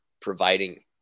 providing